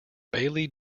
bailey